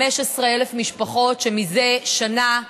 15,000 משפחות שמזה שנה,